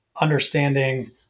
understanding